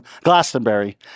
Glastonbury